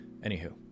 anywho